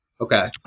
okay